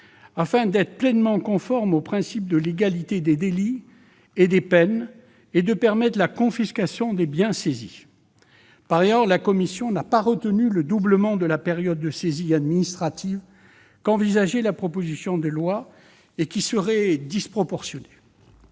afin d'être pleinement conforme au principe de légalité des délits et des peines et de permettre la confiscation des biens saisis. Par ailleurs, la commission n'a pas retenu le doublement de la période de saisie administrative envisagé dans la version initiale de la proposition de